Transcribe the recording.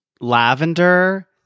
lavender